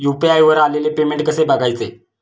UPI वर आलेले payment कसे बघायचे?